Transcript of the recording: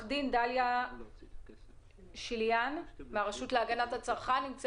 עורכת דין דליה שיליאן, מהרשות להגנת הצרכן,